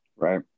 Right